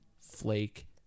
flake